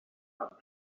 have